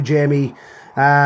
Jamie